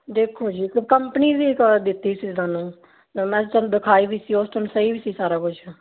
ਦੇਖੋ ਜੀ ਕ ਕੰਪਨੀ ਦੀ ਕ ਦਿੱਤੀ ਸੀ ਮੈਂ ਤੁਹਾਨੂੰ ਮੈਂ ਕਿਹਾ ਚੱਲ ਦਿਖਾਈ ਵੀ ਸੀ ਉਸ ਟਾਈਮ ਸਹੀ ਵੀ ਸੀ ਸਾਰਾ ਕੁਛ